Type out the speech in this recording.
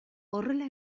horrela